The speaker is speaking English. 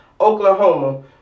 Oklahoma